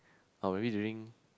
how are we doing